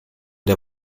der